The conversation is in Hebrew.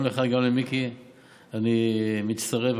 גם לך וגם למיקי אני מצטרף,